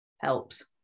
helps